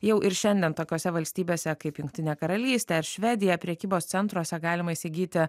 jau ir šiandien tokiose valstybėse kaip jungtinė karalystė ar švedija prekybos centruose galima įsigyti